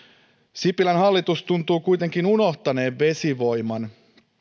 sipilän hallitus tuntuu kuitenkin unohtaneen vesivoiman